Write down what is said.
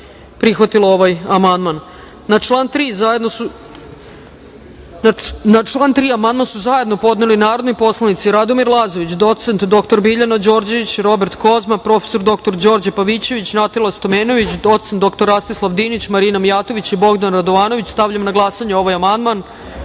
prihvatila ovaj amandman. Na član 1. amandman su zajedno podneli narodni poslanici Radomir Lazović, doc. dr Biljana Đorđević, Robert Kozma, prof. Đorđe Pavićević, Natalija Stojmenović, doc. dr Rastislav Dinić, Marina Mijatović i Bogdan Radovanović. Stavljam na glasanje ovaj amandman. Molim